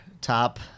Top